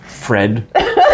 Fred